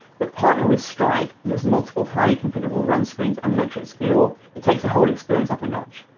but partnered with stryd with its multiple highly configurable run screens and metrics galore, it takes the whole experience up a notch.